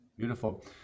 Beautiful